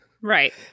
Right